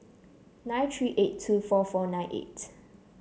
nine three eight two four four nine eight